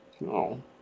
No